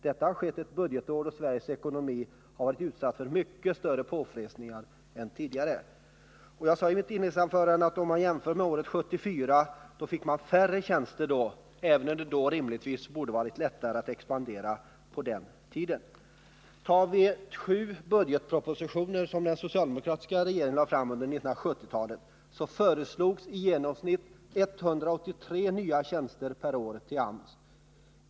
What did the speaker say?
Detta har skett ett budgetår då Sveriges ekonomi har varit utsatt för mycket större påfrestningar än tidigare. Som jag sade i mitt inledningsanförande fick AMS år 1974 färre tjänster i förhållande till vad verket nu får, trots att det vid den tiden borde ha varit lättare att expandera. I de sju budgetpropositioner som den socialdemokratiska regeringen lade fram under 1970-talet föreslogs i genomsnitt 183 nya tjänster per år till AMS.